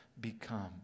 become